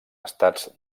estats